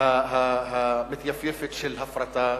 המתייפייפת של הפרטה,